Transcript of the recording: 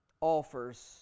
offers